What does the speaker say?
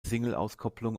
singleauskopplung